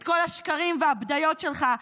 את כל השקרים והבדיות שלך,